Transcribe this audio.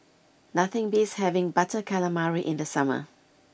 nothing beats having Butter Calamari in the summer